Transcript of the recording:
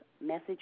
message